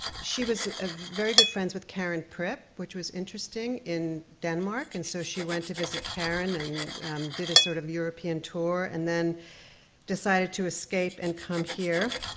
she was very good friends with karen prip, which was interesting, in denmark, and so she went to visit karen, and did a sort of european tour, and then decided to escape and come here,